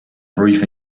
brief